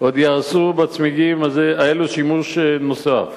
עוד יעשו בצמיגים האלה שימוש נוסף